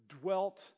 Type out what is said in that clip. dwelt